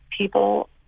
people